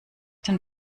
den